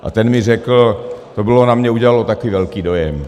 A ten mi řekl to na mě udělalo taky velký dojem.